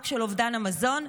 רק של אובדן המזון,